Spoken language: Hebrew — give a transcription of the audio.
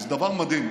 זה דבר מדהים,